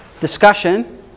discussion